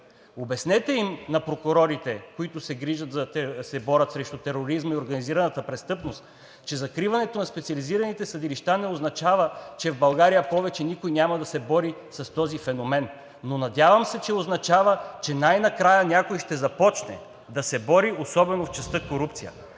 Обяснете им на прокурорите, които се борят срещу тероризма и организираната престъпност, че закриването на специализираните съдилища не означава, че в България повече никой няма да се бори с този феномен, но надявам се, че означава, че най-накрая някой ще започне да се бори, особено в частта корупция.